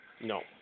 No